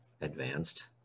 advanced